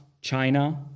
China